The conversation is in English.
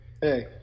hey